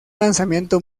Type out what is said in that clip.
lanzamiento